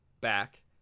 back